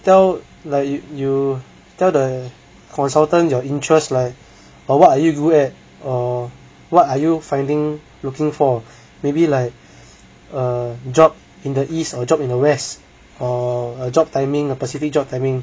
tell like you you tell the consultant your interest like what are you good at or what are you finding looking for maybe like a job in the east or job in the west or a job timing a specific job timing